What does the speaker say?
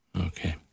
okay